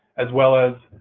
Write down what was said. as well as